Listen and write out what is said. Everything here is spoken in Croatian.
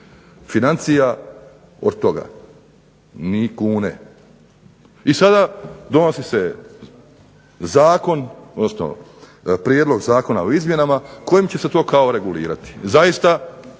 financija, od toga. Ni kune. I sada donosi se zakon odnosno prijedlog zakona o izmjenama kojim će se to kao regulirati. Zaista